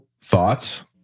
thoughts